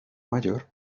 mayor